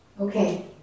Okay